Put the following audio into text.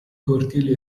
cortili